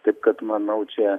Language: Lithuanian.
taip kad manau čia